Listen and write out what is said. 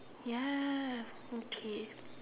ya okay